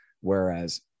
Whereas